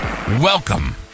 Welcome